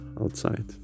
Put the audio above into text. outside